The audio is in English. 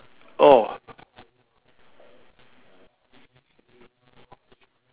orh